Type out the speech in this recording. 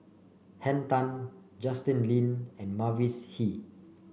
Henn Tan Justin Lean and Mavis Hee